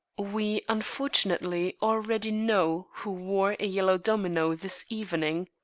we unfortunately already know who wore a yellow domino this evening.